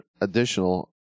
additional